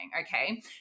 okay